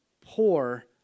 poor